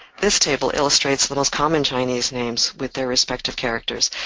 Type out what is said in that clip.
this table illustrates the most common chinese names, with their respective characters,